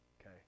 Okay